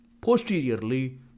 Posteriorly